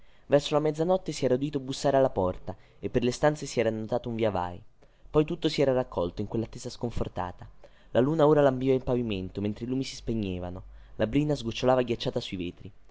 verso mezzanotte si era udito bussare alla porta e per le stanze si era notato un via vai poi tutto si era raccolto in quellattesa sconfortata la luna ora lambiva il pavimento mentre i lumi si spegnevano la brina sgocciolava ghiacciata sui vetri